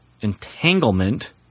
entanglement